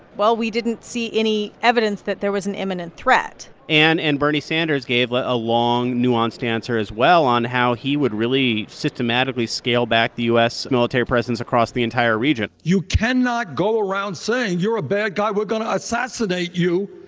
well, we didn't see any evidence that there was an imminent threat and and bernie sanders gave like a long, nuanced answer, as well, on how he would really systematically scale back the u s. military presence across the entire region you cannot go around you're a bad guy. we're going to assassinate you.